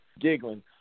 giggling